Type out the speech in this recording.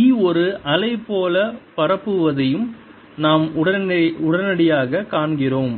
E ஒரு அலை போல பரப்புவதையும் நாம் உடனடியாகக் காண்கிறோம்